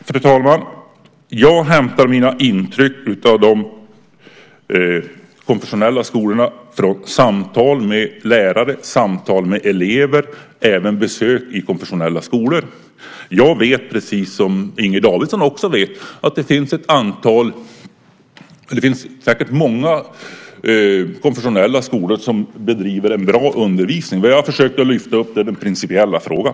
Fru talman! Jag hämtar mina intryck av de konfessionella skolorna från samtal med lärare, samtal med elever och även besök i konfessionella skolor. Jag vet, precis som Inger Davidson, att det säkert finns många konfessionella skolor som bedriver en bra undervisning. Vad jag försökte lyfta fram var den principiella frågan.